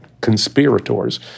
conspirators